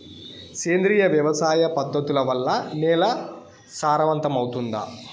సేంద్రియ వ్యవసాయ పద్ధతుల వల్ల, నేల సారవంతమౌతుందా?